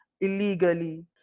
illegally